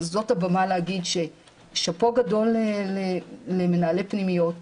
זאת הבמה להגיד שאפו גדול למנהלי הפנימיות,